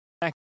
Back